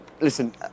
listen